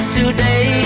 today